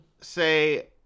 say